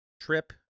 trip